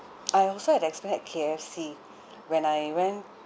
I also had exp~ at K_F_C when I went